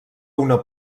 una